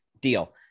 deal